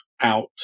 out